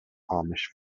amish